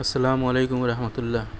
السلام علیکم ورحمتہ اللہ